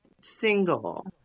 single